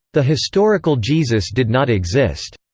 the historical jesus did not exist.